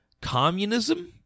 communism